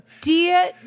dear